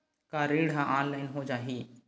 का ऋण ह ऑनलाइन हो जाही?